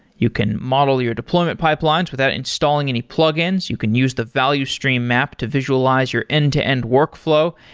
you can model your deployment pipelines without installing any plugins. you can use the value stream map to visualize your end-to-end workflow.